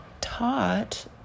taught